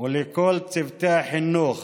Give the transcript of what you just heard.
ולכל צוותי החינוך